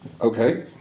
Okay